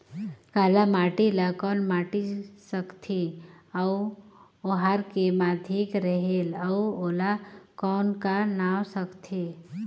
काला माटी ला कौन माटी सकथे अउ ओहार के माधेक रेहेल अउ ओला कौन का नाव सकथे?